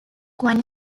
one